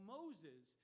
Moses